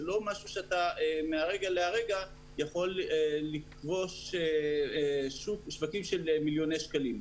זה לא משהו שמהרגע להרגע אתה יכול לכבוש שווקים של מיליוני שקלים.